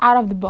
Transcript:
out of the box